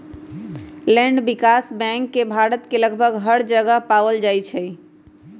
land विकास bank के भारत के लगभग हर जगह पावल जा हई